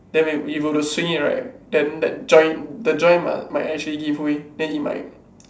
then when you've got to swing it right then the joint the joint might might actually give way then it might